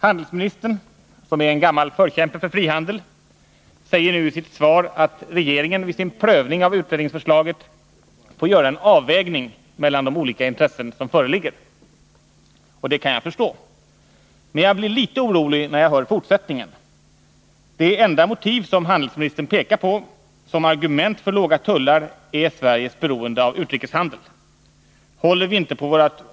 Handelsministern, som är en gammal förkämpe för frihandel, säger nu i sitt svar att regeringen vid sin prövning av utredningsförslaget får göra en avvägning mellan de olika intressen som föreligger — och det kan jag förstå. Men jag blir litet orolig när jag hör fortsättningen. Det enda motiv som handelsministern pekar på för låga tullar är Sveriges beroende av utrikeshandeln.